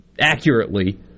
accurately